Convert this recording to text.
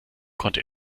konnte